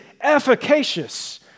efficacious